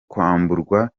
kwamburwa